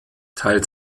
teilt